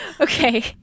Okay